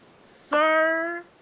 Sir